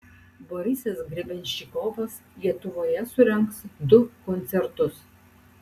borisas grebenščikovas lietuvoje surengs du koncertus